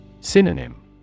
Synonym